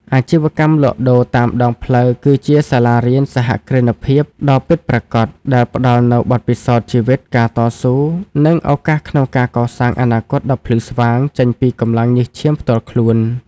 អាជីវកម្មលក់ដូរតាមដងផ្លូវគឺជាសាលារៀនសហគ្រិនភាពដ៏ពិតប្រាកដ ដែលផ្ដល់នូវបទពិសោធន៍ជីវិត ការតស៊ូ និងឱកាសក្នុងការកសាងអនាគតដ៏ភ្លឺស្វាងចេញពីកម្លាំងញើសឈាមផ្ទាល់ខ្លួន។